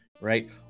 Right